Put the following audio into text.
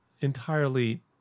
entirely